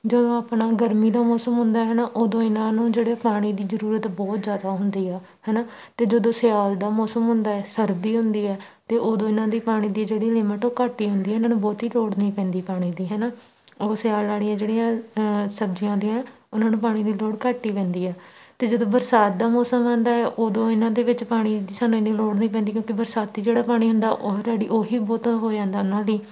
ਜਦੋਂ ਆਪਣਾ ਗਰਮੀ ਦਾ ਮੌਸਮ ਹੁੰਦਾ ਹੈ ਨਾ ਉਦੋਂ ਇਹਨਾਂ ਨੂੰ ਜਿਹੜੇ ਪਾਣੀ ਦੀ ਜ਼ਰੂਰਤ ਬਹੁਤ ਜ਼ਿਆਦਾ ਹੁੰਦੀ ਆ ਹੈ ਨਾ ਅਤੇ ਜਦੋਂ ਸਿਆਲ ਦਾ ਮੌਸਮ ਹੁੰਦਾ ਹੈ ਸਰਦੀ ਹੁੰਦੀ ਹੈ ਅਤੇ ਉਦੋਂ ਇਹਨਾਂ ਦੀ ਪਾਣੀ ਦੀ ਜਿਹੜੀ ਲਿਮਿਟ ਉਹ ਘੱਟ ਹੀ ਹੁੰਦੀ ਇਹਨਾਂ ਨੂੰ ਬਹੁਤੀ ਲੋੜ ਨਹੀਂ ਪੈਂਦੀ ਪਾਣੀ ਦੀ ਹੈ ਨਾ ਉਹ ਸਿਆਲ ਵਾਲੀਆਂ ਜਿਹੜੀਆਂ ਸਬਜ਼ੀਆਂ ਹੁੰਦੀਆਂ ਉਹਨਾਂ ਨੂੰ ਪਾਣੀ ਦੀ ਲੋੜ ਘੱਟ ਹੀ ਪੈਂਦੀ ਹੈ ਅਤੇ ਜਦੋਂ ਬਰਸਾਤ ਦਾ ਮੌਸਮ ਆਉਂਦਾ ਉਦੋਂ ਇਹਨਾਂ ਦੇ ਵਿੱਚ ਪਾਣੀ ਸਾਨੂੰ ਐਨੀ ਲੋੜ ਨਹੀਂ ਪੈਂਦੀ ਕਿਉਂਕਿ ਬਰਸਾਤੀ ਜਿਹੜਾ ਪਾਣੀ ਹੁੰਦਾ ਆਲਰੇਡੀ ਉਹੀ ਬਹੁਤਾ ਹੋ ਜਾਂਦਾ ਉਹਨਾਂ ਲਈ